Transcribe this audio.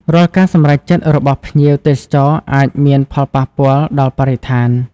រាល់ការសម្រេចចិត្តរបស់ភ្ញៀវទេសចរអាចមានផលប៉ះពាល់ដល់បរិស្ថាន។